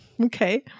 okay